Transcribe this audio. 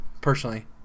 personally